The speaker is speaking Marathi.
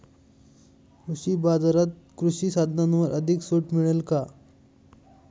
कृषी बाजारात कृषी साधनांवर अधिक सूट मिळेल का?